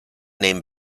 named